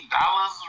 Dollars